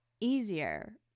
easier